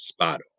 Spato